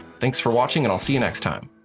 thanks for watching and i'll see you next time.